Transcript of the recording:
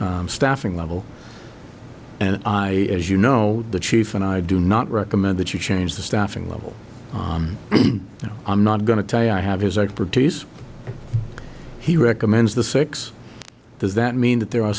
staffing level and i as you know the chief and i do not recommend that you change the staffing level now i'm not going to tell you i have his expertise he recommends the six does that mean that there are